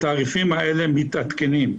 התעריפים האלה מתעדכנים.